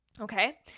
Okay